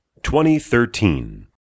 2013